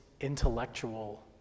intellectual